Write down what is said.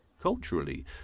Culturally